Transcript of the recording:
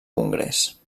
congrés